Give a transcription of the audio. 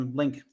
link